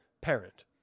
parent